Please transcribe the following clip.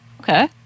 Okay